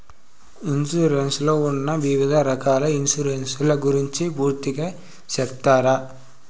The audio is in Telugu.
ఇన్సూరెన్సు లో ఉన్న వివిధ రకాల ఇన్సూరెన్సు ల గురించి పూర్తిగా సెప్తారా?